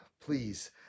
please